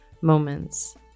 moments